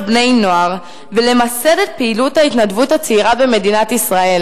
בני-נוער ולמסד את פעילות ההתנדבות הצעירה במדינת ישראל?